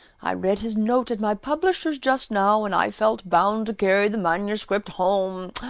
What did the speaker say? i read his note at my publisher's just now, and i felt bound to carry the manuscript home.